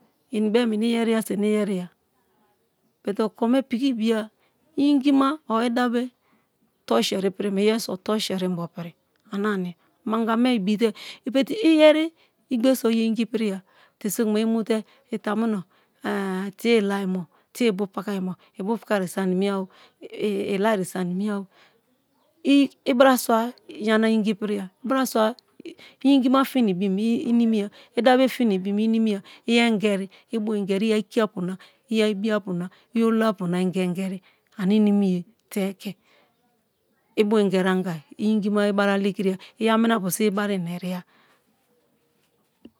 Ine beem ini yeria so ini yeria but okome piki ibiya ingina or ida be toriseri ipirim be iyeriso toruseri inbo piri ana ni manga me ibite but iyeri igbere so ye ingi piria te sokuma i mu te itamuno tic ilaimo tie ibupakaimo ibu pakai so animiya-o i lare so animiya o i braswa yana ingi piriya i braswa ingima fi na ibin inimiya idabe fi na ibin inimiya iyeri-ingeri i bu ingeri iya-ikiapu na iya ibiapu na i olo-apu na ingeri-geri ane inimi ye tevke i bu ingeri angai ingima i bari alekiriya iyamina-pu so i bari ina eriya